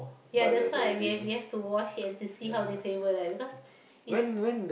ya that's why we have we have to watch it to see how the trailer lah because it's